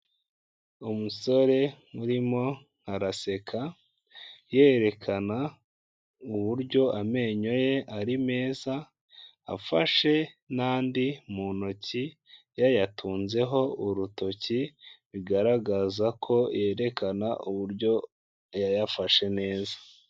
Umusore urimo araseka yerekana uburyo amenyo ye ari meza, afashe n'andi mu ntoki yayatunzeho urutoki, bigaragaza ko yerekana uburyo yayafashe neza.